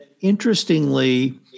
interestingly